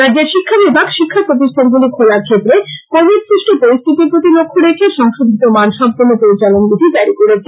রাজ্যের শিক্ষা বিভাগ শিক্ষা প্রতিষ্ঠানগুলি খোলার ক্ষেত্রে কোভিড সৃষ্ট পরিস্থিতির প্রতি লক্ষ্য রেখে সংশোধিত মানসম্পন্ন পরিচালন বিধি জারী করেছে